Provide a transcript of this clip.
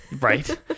Right